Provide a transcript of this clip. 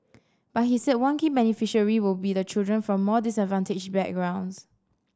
but he said one key beneficiary we will be the children from more disadvantaged backgrounds